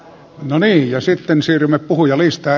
no niin ja sitten siirrymme puhujalistaan